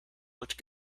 looked